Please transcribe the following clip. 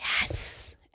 Yes